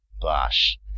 Bosh